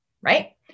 right